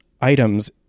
items